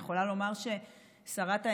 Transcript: אני יכולה לומר ששרת האנרגיה,